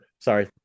Sorry